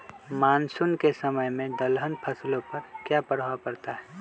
Monsoon के समय में दलहन फसलो पर क्या प्रभाव पड़ता हैँ?